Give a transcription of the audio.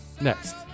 Next